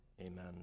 Amen